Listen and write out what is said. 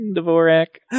Dvorak